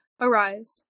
arise